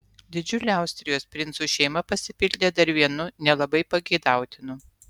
didžiulė austrijos princų šeima pasipildė dar vienu nelabai pageidautinu